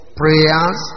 prayers